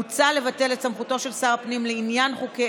מוצע לבטל את סמכותו של שר הפנים לעניין חוקי